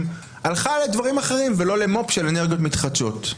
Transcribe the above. הלכה לדברים אחרים ולא למו"פ של אנרגיות מתחדשות.